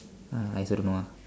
uh I also don't know ah